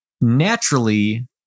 naturally